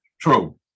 True